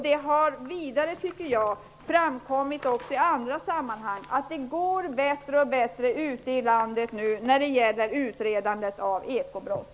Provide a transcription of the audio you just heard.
Det har även i andra sammanhang framgått att utredandet av ekobrott ute i landet går bättre och bättre.